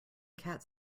cats